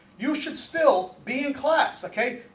you should still be in class okay?